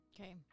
Okay